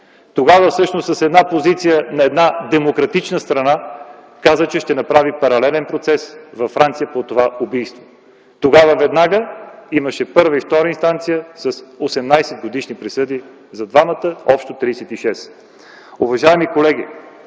тогава също с една позиция една демократична страна каза, че ще направи паралелен процес във Франция по това убийство. Тогава веднага имаше първа и втора инстанция с 18-годишни присъди за двамата, общо 36.